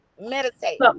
meditate